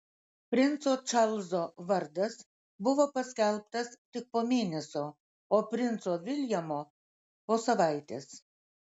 princo čarlzo vardas buvo paskelbtas tik po mėnesio o princo viljamo po savaitės